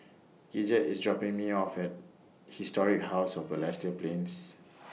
Gidget IS dropping Me off At Historic House of Balestier Plains